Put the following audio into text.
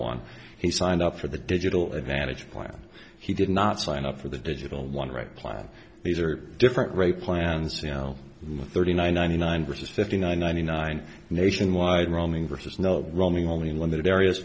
one he signed up for the digital advantage plan he did not sign up for the digital one right plan these are different rate plans you know the thirty nine ninety nine versus fifty nine ninety nine nationwide roaming versus no roaming only limited areas